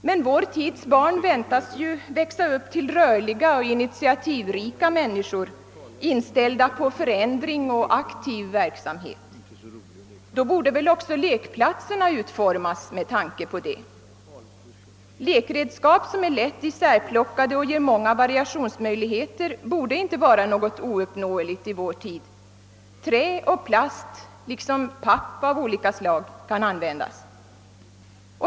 Men vår tids barn väntas ju växa upp till rörliga, initiativrika människor, inställda på förändring och aktiv verksamhet. Då borde väl också lekplatserna utformas med tanke på detta. Att få lekredskap som är lätt isärplockade och ger många variationsmöjligheter borde inte vara något ouppnåeligt i vår tid. Trä och plast liksom papp av olika slag kan användas.